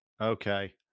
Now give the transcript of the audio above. Okay